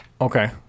Okay